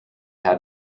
had